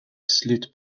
slut